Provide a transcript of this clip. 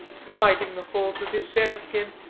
smiting the folds of his bearskin.